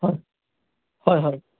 হয় হয় হয়